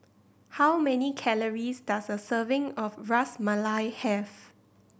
how many calories does a serving of Ras Malai have